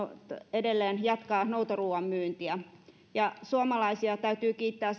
edelleen jatkaa noutoruuan myyntiä ja suomalaisia täytyy kiittää